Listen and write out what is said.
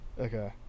Okay